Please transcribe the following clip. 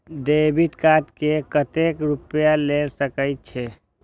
Debit card से कतेक रूपया ले सके छै?